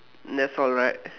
that's all right